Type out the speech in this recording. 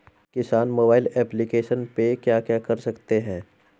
किसान mobile application पे क्या क्या कर सकते हैं?